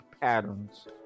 patterns